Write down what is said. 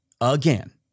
again